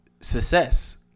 success